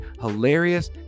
hilarious